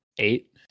Eight